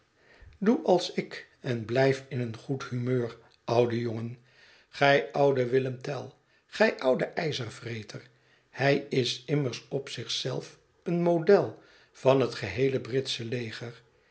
doe als ik en blijf in een goed humeur oude jongen gij oude willem teil gij oude ijzervreter hij is immers op zich zelf een model van het geheele britsche leger